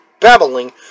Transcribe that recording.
babbling